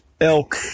elk